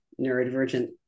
neurodivergent